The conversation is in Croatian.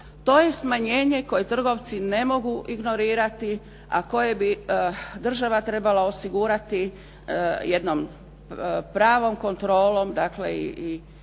To je smanjenje koje trgovci ne mogu ignorirati a koje bi država trebala osigurati jednom pravom kontrolom dakle i